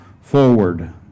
forward